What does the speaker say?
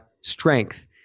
strength